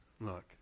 look